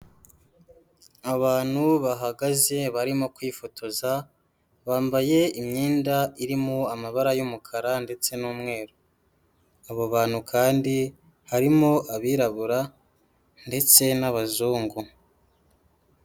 Abantu bahagaze barimo kwifotoza, bambaye imyenda irimo amabara y'umukara ndetse n'umweru, abo bantu kandi harimo abirabura ndetse n'abazungu.